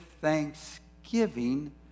thanksgiving